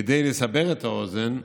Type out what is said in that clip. כדי לסבר את האוזן,